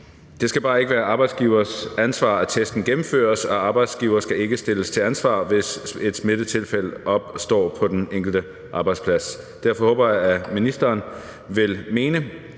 Det skal bare ikke være arbejdsgiveres ansvar, at testen gennemføres, og arbejdsgivere skal ikke stilles til ansvar, hvis et smittetilfælde opstår på den enkelte arbejdsplads. Derfor håber jeg, at ministeren vil mene,